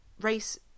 race